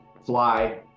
fly